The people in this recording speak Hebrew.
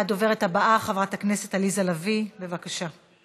הדוברת הבאה, חברת הכנסת עליזה לביא, בבקשה.